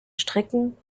strecken